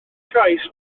price